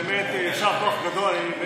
באמת יישר כוח גדול.